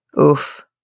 Oof